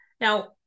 Now